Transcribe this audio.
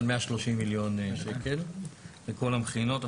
על 130 מיליון שקלים לכל המכינות.